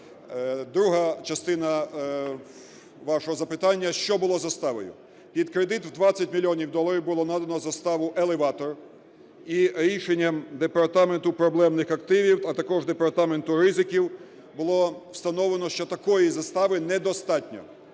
Друга частина вашого запитання: що було заставою? Під кредит в 20 мільйонів доларів було надано в заставу елеватор, і рішенням департаменту проблемних активів, а також департаменту ризиків було встановлено, що такої застави недостатньо.